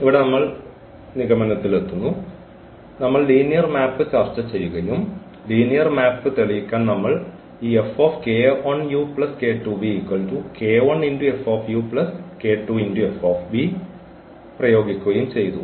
ഇവിടെ നിഗമനത്തിലെത്തുന്നു നമ്മൾ ലീനിയർ മാപ്പ് ചർച്ച ചെയ്യുകയും ലീനിയർ മാപ്പ് തെളിയിക്കാൻ നമ്മൾ ഈ പ്രയോഗിക്കുകയും ചെയ്തു